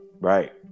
right